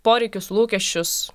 poreikius lūkesčius